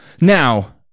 now